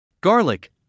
Garlic